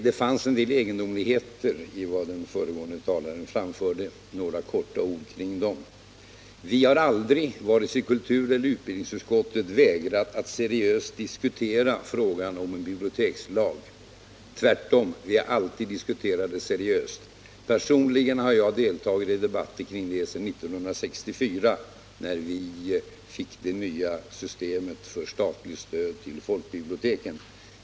Det fanns en del egendomligheter i det som den föregående talaren anförde, och jag vill beröra dessa med några få ord. Vi har aldrig i kulturutskottet eller i utbildningsutskottet vägrat att seriöst diskutera frågan om en bibliotekslag. Tvärtom har vi alltid diskuterat den frågan med stort allvar. Personligen har jag deltagit i denna debatt sedan 1964, då vi fick det nuvarande systemet för statligt stöd till folkbiblioteken.